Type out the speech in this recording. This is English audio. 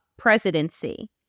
presidency